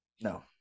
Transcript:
No